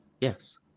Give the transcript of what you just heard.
Yes